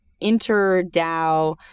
inter-DAO